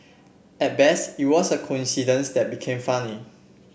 at best it was a coincidence that became funny